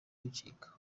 bicika